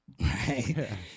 right